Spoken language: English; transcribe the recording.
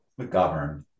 McGovern